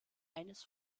eines